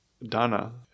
dana